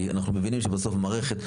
כי אנחנו מבינים שבסוף המערכת,